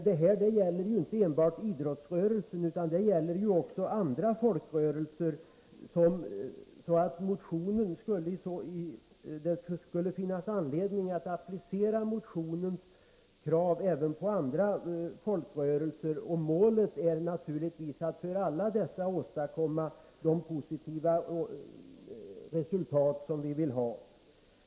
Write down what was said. Detta gäller inte enbart idrottsrörelsen utan också andra folkrörelser. Det finns därför anledning att applicera motionens krav även på andra folkrörelser. Målet är naturligtvis att för alla dessa åstadkomma positiva resultat.